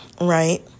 right